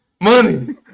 Money